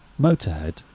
motorhead